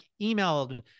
emailed